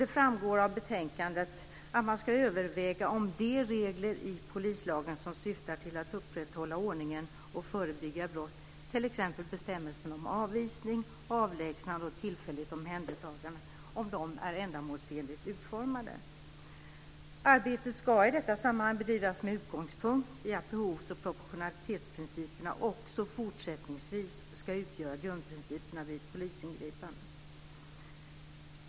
Det framgår av betänkandet att man ska överväga om de regler i polislagen som syftar till att upprätthålla ordningen och förebygga brott, t.ex. bestämmelserna om avvisning, avlägsnande och tillfälligt omhändertagande, är ändamålsenligt utformade. Arbetet ska i detta sammanhang bedrivas med utgångspunkt i att behovs och proportionalitetsprinciperna också fortsättningsvis ska utgöra grundprinciperna vid polisingripanden.